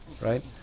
right